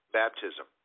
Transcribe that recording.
baptism